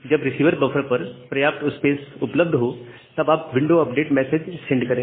जब receiver buffer पर पर्याप्त स्पेस उपलब्ध हो तभी आप विंडो अपडेट मैसेज सेंड करें